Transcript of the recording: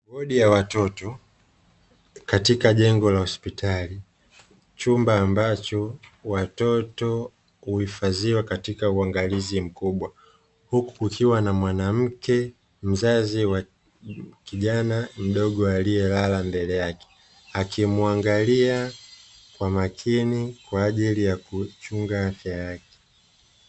Wodi ya watoto katika jengo la hospitali chumba ambacho watoto uhifadhiwa katika uangalizi mkubwa, huku kukiwa na mwanamke mzazi wa kijana mdogo aliyelala mbele yake akimwangalia kwa makini kwa ajili ya kuchunga afya yake.